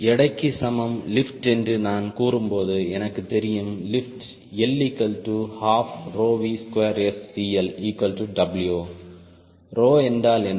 எடைக்கு சமம் லிப்ட் என்று நான் கூறும்போது எனக்குத் தெரியும் லிப்ட் L12V2SCLW ரோ என்றால் என்ன